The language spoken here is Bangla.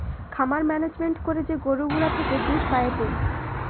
খামার মেনেজমেন্ট করে যে গরু গুলা থেকে দুধ পায়েটে